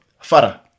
Farah